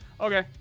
okay